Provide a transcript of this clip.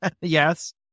Yes